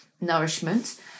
nourishment